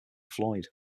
floyd